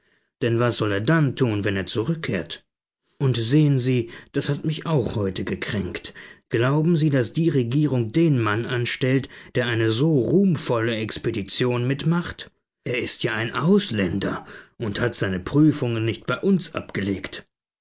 denn was soll er dann tun wenn er zurückkehrt und sehen sie das hat mich auch heute gekränkt glauben sie daß die regierung den mann anstellt der eine so ruhmvolle expedition mitmacht er ist ja ein ausländer und hat seine prüfungen nicht bei uns abgelegt